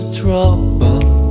trouble